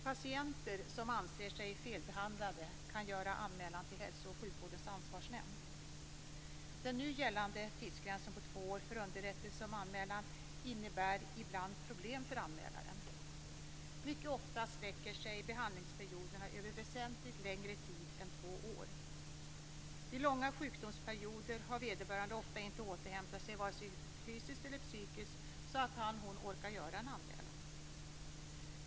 Patienter som anser sig felbehandlade kan göra en anmälan till Hälso och sjukvårdens ansvarsnämnd. Den nu gällande tidsgränsen på två år för underrättelse om anmälan innebär ibland problem för anmälaren. Mycket ofta sträcker sig behandlingsperioderna över väsentligt längre tid än två år. Vid långa sjukdomsperioder har vederbörande ofta inte återhämtat sig vare sig fysiskt eller psykiskt så att han eller hon orkar göra en anmälan.